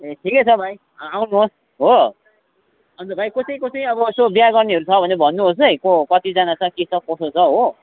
ए ठिकै छ भाइ आउनुहोस् हो अन्त भाइ कसै कसै अब यसो बिहे गर्नेहरू छ भने भन्नुहोस् है को हो कतिजना छ के छ कसो छ हो